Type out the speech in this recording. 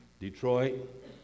Detroit